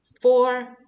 four